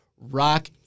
Rock